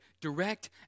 direct